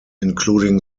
including